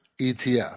etf